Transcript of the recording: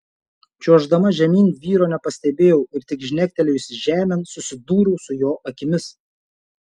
čiuoždama žemyn vyro nepastebėjau ir tik žnektelėjusi žemėn susidūriau su jo akimis